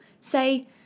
say